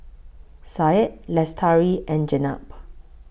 Syed Lestari and Jenab